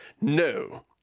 No